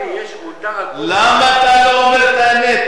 יש מותג, למה אתה לא אומר את האמת?